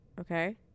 okay